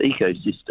ecosystem